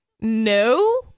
no